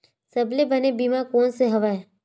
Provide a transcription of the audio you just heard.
सबले बने बीमा कोन से हवय?